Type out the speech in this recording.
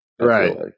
Right